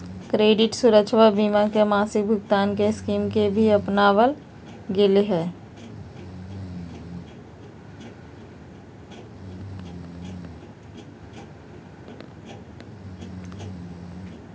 credit सुरक्षवा बीमा में मासिक भुगतान के स्कीम के भी अपनावल गैले है